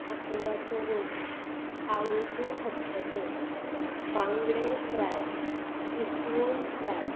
आकुराचो रोस आळूचे खतखते बांगडे फ्राय इसवण फ्राय